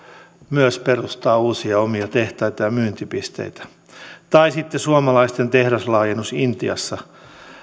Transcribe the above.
myös perustaa uusia omia tehtaita ja myyntipisteitä tai sitten suomalaisten tehdaslaajennus intiassa